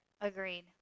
Agreed